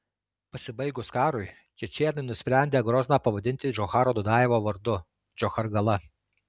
pasibaigus karui čečėnai nusprendę grozną pavadinti džocharo dudajevo vardu džochargala